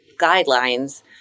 guidelines